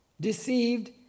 deceived